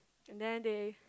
and then they